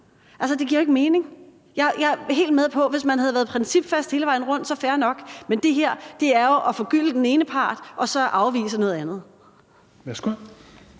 jo altså ikke mening. Jeg er helt med på, at hvis man havde været principfast hele vejen rundt, havde det været fair nok. Men det her er jo at forgylde én part og så afvise noget andet.